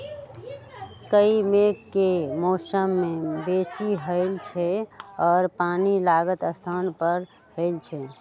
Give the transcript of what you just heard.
काई मेघ के मौसम में बेशी होइ छइ आऽ पानि लागल स्थान पर होइ छइ